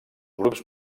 grups